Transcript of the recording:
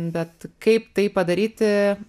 bet kaip tai padaryti